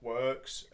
works